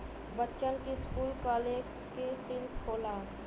बच्चन की school college की सिल्क होला